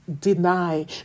deny